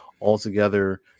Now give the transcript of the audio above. altogether